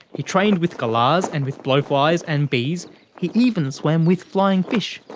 he trained with galahs and with blowflies and bees he even swam with flying fish!